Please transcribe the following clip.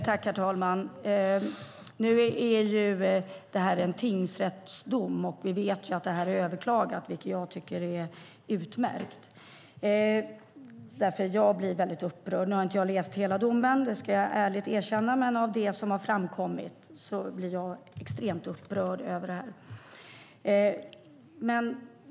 Herr talman! Nu är det en tingsrättsdom, och vi vet att den har överklagats, vilket jag tycker är utmärkt. Jag har inte läst hela domen ska jag ärligt erkänna, men det som framkommit gör att jag blir extremt upprörd över det som skett.